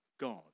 God